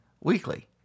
weekly